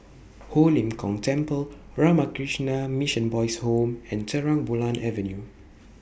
Ho Lim Kong Temple Ramakrishna Mission Boys' Home and Terang Bulan Avenue